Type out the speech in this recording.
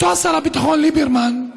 אותו שר הביטחון, ליברמן,